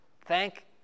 Thank